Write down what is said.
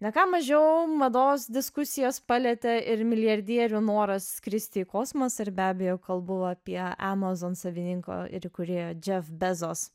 ne ką mažiau mados diskusijos palietė ir milijardierių norą skristi į kosmosą ir be abejo kalbu apie amazon savininko ir įkūrėjo džef bezos